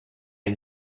une